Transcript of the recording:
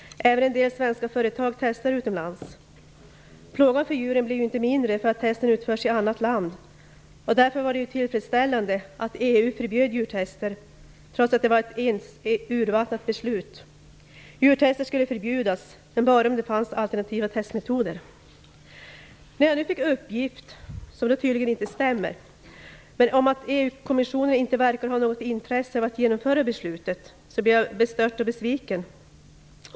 Även en del svenska företag testar utomlands. Plågan för djuren blir ju inte mindre av att testen utförs i annat land. Det var därför tillfredsställande att EU förbjöd djurtest, trots att det var ett urvattnat beslut: Djurtest skulle förbjudas men bara om det fanns alternativa testmetoder. När jag nu fick uppgiften, som tydligen inte stämmer, att EU-kommissionen inte verkar ha något intresse av att genomföra beslutet blev jag bestört och besviken.